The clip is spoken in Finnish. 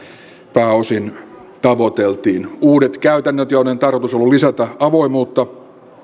pääosin tavoiteltiin uudet käytännöt joiden tarkoitus on ollut lisätä avoimuutta